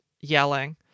yelling